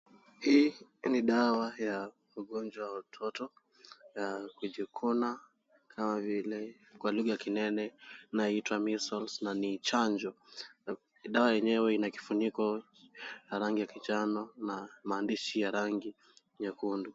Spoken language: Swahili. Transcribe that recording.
Hii ni dawa ya ugonjwa wa watoto ya kujikuna kama vile kwa lugha ya kinene inaitwa Measles na ni chanjo. Dawa yenyewe ina kifuniko ya rangi ya kijano na maandishi ya rangi nyekundu.